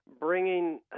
bringing